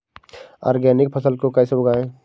Organic फसल को कैसे उगाएँ?